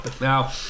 Now